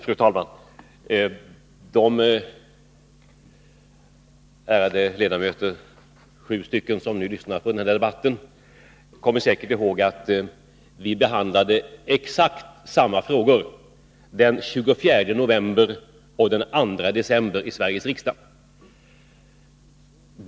Fru talman! De ärade ledamöter, sju stycken, som nu lyssnar på den här debatten, kommer säkert ihåg att vi behandlade exakt samma frågor i Sveriges riksdag den 24 november och den 2 december 1982.